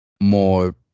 more